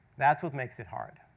that's what makes it hard.